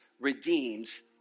redeems